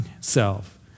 self